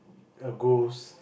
a ghost